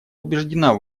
убеждена